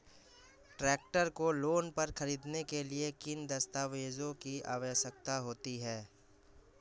Tractor को loan पर खरीदने के लिए किन दस्तावेज़ों की आवश्यकता होती है?